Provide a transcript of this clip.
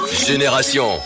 Génération